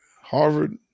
Harvard